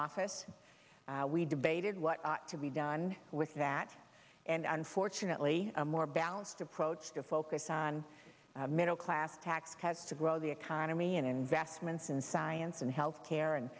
office we debated what to be done with that and unfortunately a more balanced approach to focus on middle class tax cuts to grow the economy and investments in science and health care and